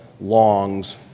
longs